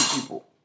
people